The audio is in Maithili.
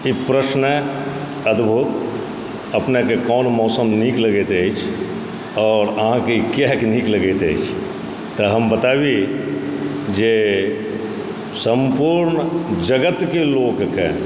ई प्रश्न अद्भुत अपनेकेेँ कौन मौसम नीक लगैत अछि अहाँकेँ किआक नीक लगैत अछि तऽ हम बताबी जे सम्पूर्ण जगतके लोककेँ